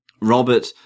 Robert